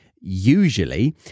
usually